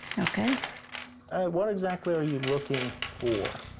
okay. and what exactly are you looking for?